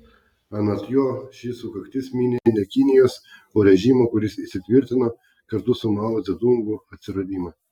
anot jo ši sukaktis mini ne kinijos o režimo kuris įsitvirtino kartu su mao dzedungu atsiradimą